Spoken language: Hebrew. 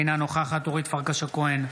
אינה נוכחת אורית פרקש הכהן,